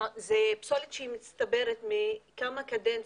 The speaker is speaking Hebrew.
זו פסולת שמצטברת מכמה קדנציות,